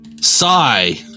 Sigh